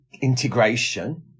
integration